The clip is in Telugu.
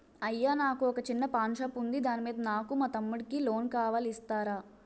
అయ్యా నాకు వొక చిన్న పాన్ షాప్ ఉంది దాని మీద నాకు మా తమ్ముడి కి లోన్ కావాలి ఇస్తారా?